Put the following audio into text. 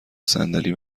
صندلی